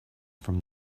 from